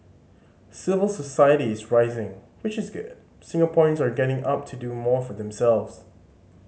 civil society is rising which is good Singaporeans are getting up to do more for themselves